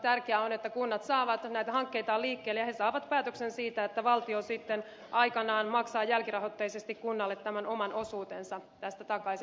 tärkeää on että kunnat saavat näitä hankkeitaan liikkeelle ja saavat päätöksen siitä että valtio sitten aikanaan maksaa jälkirahoitteisesti kunnalle tämän oman osuutensa tästä takaisin